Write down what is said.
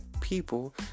people